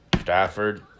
Stafford